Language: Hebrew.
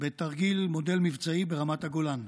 בתרגיל מודל מבצעי ברמת הגולן.